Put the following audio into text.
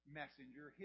messenger